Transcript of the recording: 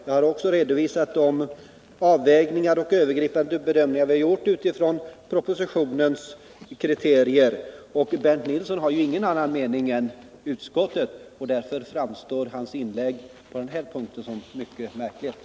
Jag har också redovisat de avvägningar och övergripande bedömningar som vi har gjort utifrån propositionens kriterier. Bernt Nilsson har ju ingen annan mening än utskottets. Därför framstår hans inlägg på denna punkt som mycket märkligt.